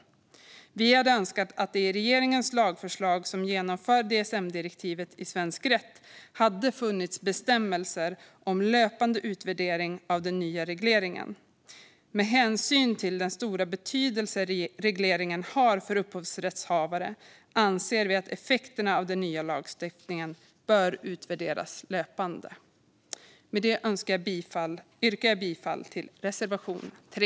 Vi miljöpartister hade önskat att det i regeringens lagförslag för att genomföra DSM-direktivet i svensk rätt hade funnits bestämmelser om löpande utvärdering av den nya regleringen. Med hänsyn till den stora betydelse regleringen har för upphovsrättshavare anser vi att effekterna av den nya lagstiftningen bör utvärderas löpande. Med detta yrkar jag bifall till reservation 3.